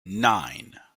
nine